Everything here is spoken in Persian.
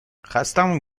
خستهمون